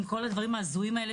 עם כל הדברים ההזויים האלה,